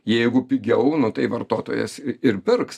jeigu pigiau nu tai vartotojas ir pirks